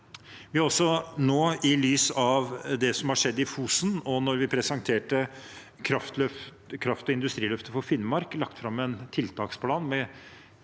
Vi har også nå i lys av det som har skjedd på Fosen, og da vi presenterte kraft- og industriløftet for Finnmark, lagt fram en tiltaksplan med